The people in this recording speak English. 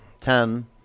Ten